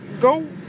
go